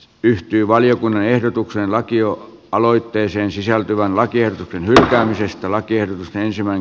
yhtyy valiokunnan ehdotukseen aikio aloitteeseen sisältyvän lakien hylkäämisestä lakiehdotusten silmän